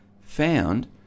found